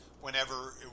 whenever